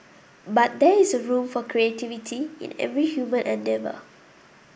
but there is a room for creativity in every human endeavour